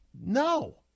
No